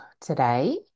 today